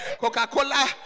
Coca-Cola